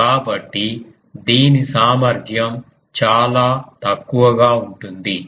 కాబట్టి దీని సామర్థ్యం చాలా తక్కువగా ఉంటుంది